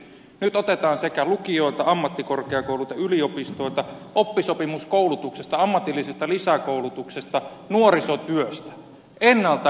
nyt otetaan lukioilta ammattikorkeakouluilta yliopistoilta oppisopimuskoulutuksesta ammatillisesta lisäkoulutuksesta nuorisotyöstä ennalta ehkäisevästä työstä